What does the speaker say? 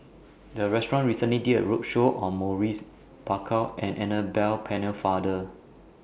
The Restaurant recently did A roadshow on Maurice Baker and Annabel Pennefather